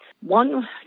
One